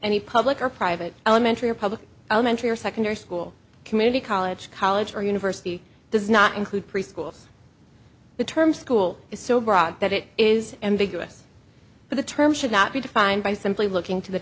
any public or private elementary or public elementary or secondary school community college college or university does not include preschools the term school is so broad that it is ambiguous but the term should not be defined by simply looking to the